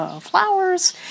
flowers